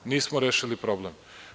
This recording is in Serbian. Nismo rešili problem.